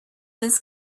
his